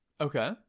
okay